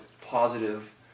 positive